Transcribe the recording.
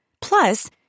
Plus